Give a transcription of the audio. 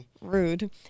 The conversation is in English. rude